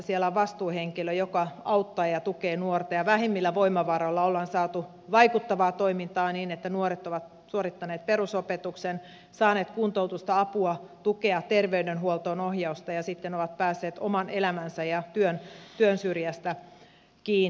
siellä on vastuuhenkilö joka auttaa ja tukee nuorta ja vähäisillä voimavaroilla ollaan saatu vaikuttavaa toimintaa niin että nuoret ovat suorittaneet perusopetuksen saaneet kuntoutusta apua tukea terveydenhuoltoon ohjausta ja sitten ovat päässeet oman elämänsä ja työn syrjästä kiinni